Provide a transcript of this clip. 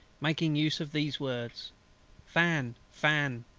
making use of these words fan, fan,